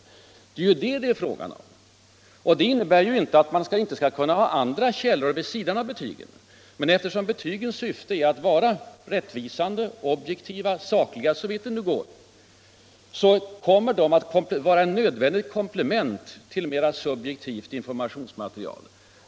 Det är vad det är fråga om. Det innebär ju inte att man inte skall kunna ha andra källor vid sidan av betygen, men eftersom betygens syfte är att vara rättvisande, objektiva och sakliga,' såvitt det går, kommer de att vara ett nödvändigt komplement till ett mera subjektivt informationsmaterial.